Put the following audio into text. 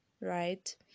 right